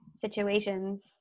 situations